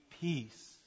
peace